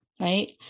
right